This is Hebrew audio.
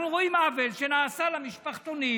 אנחנו רואים עוול שנעשה למשפחתונים,